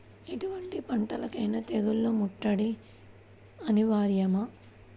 ఎటువంటి పంటలకైన తెగులు ముట్టడి అనివార్యమా?